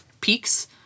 peaks